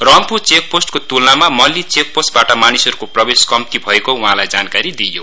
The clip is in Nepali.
रम्फू चेकपोस्टको तुलनामा मल्ली चेकपोस्टबाट मानिसहरूको प्रवेश कम्ती भएको उहाँलाई जानकारी दिइयो